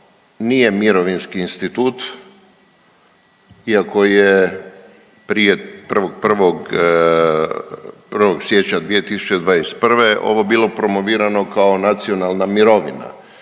nije mirovinski institut, iako je prije 1.1., 1. siječnja 2021. ovo bilo promovirano kao nacionalna mirovina.